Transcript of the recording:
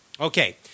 Okay